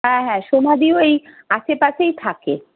হ্যাঁ হ্যাঁ সোমাাদিও ওই আশেপাশেই থাকে